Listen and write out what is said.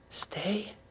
Stay